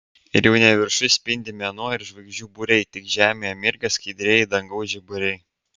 ir jau ne viršuj spindi mėnuo ir žvaigždžių būriai tik žemėje mirga skaidrieji dangaus žiburiai